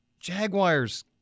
Jaguars